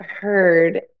heard